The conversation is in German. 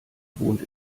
wohnt